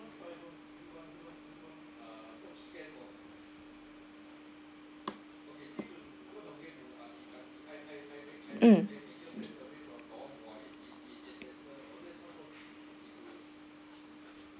um